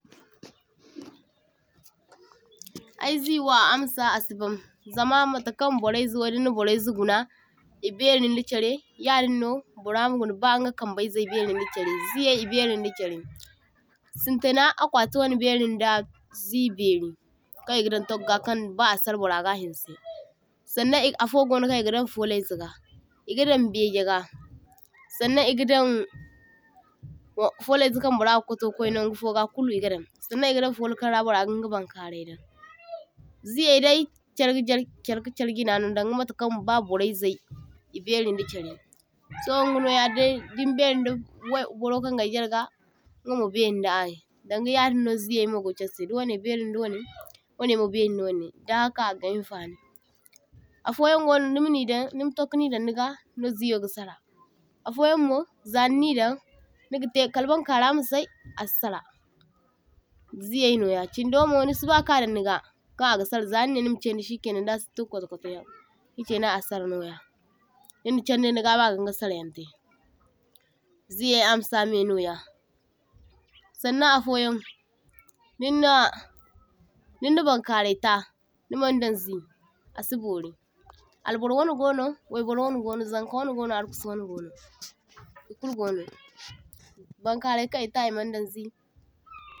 toh – toh Ayy zee wo a amsa asibaŋ, zama matakaŋ boraizaiwo dinna burraizai guna e berinda chare yadinno bora ma guna ba inga kambayzai barinda chare zeeyay e bairinda charrai. Sintina akwati waŋe barinda zee beri kan egadan taggwa kan ba asara burra ga hinse, saŋnaŋ afogono kaŋ egadaŋ folayzaga, egadaŋ begega, saŋnaŋ egadaŋ waŋ folayzai kaŋ bora ga kwato kwainaŋ gufoga kulu egadan. Saŋnaŋ egadaŋ folaga kaŋ bora ginga baŋkaraidaŋ, zeeyay dai char ga jar char ka char jinaŋo daŋda matakaŋ ba boraizai iberinda charrai, so ingaŋoyadai din berinda baro kaŋ gaijarga ingamo barinda ayi, daŋga yadinno zeeyay go charsai diwaŋe bairinda waŋe wanemo bairinda waŋe, daŋhaka aga hinfaŋi, afoyaŋ gono nimanidaŋ nima tokinidaŋ niga no zeeyo ga sara, afoyaŋmo zaŋinidaŋ nigatai kal baŋkara masai asisara zeeyay noya. Chindomo nisi bakadaŋ niga kaŋ aga sara zaŋine nima chaŋdi shikainaŋ da sintin kwato kwato yaŋ shikainaŋ asara noya, dinna chaŋdin da gabi aga inga sara Yaŋtai. Zeeyay amsa me noya, saŋnaŋ afoyaŋ dinna dinna baŋkaraita nimaŋdaŋ zee asibori albur waŋe gono, waibur wanai gono, zanka waŋe gono arkusi wane gono ekulu gono baŋkarai kaŋ eta emaŋdaŋ zee.